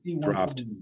dropped